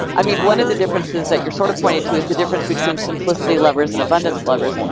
i mean, one of the differences that you're sort of pointing to is the difference between simplicity lovers and abundance lovers.